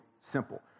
simple